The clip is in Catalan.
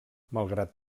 malgrat